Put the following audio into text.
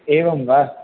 एवं वा